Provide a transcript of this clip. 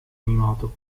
animato